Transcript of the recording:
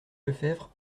lefebvre